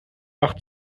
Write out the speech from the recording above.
wach